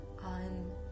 on